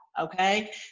Okay